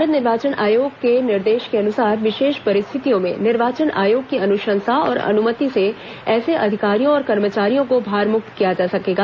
भारत निर्वाचन आयोग के निर्देश के अनुसार विशेष परिस्थितियों में निर्वाचन आयोग की अनुशंसा और अनुमति से ऐसे अधिकारियों और कर्मचारियों को भारमुक्त किया जा सकेगा